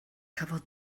cafodd